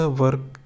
work